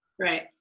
Right